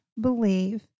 believe